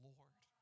Lord